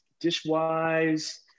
Dish-wise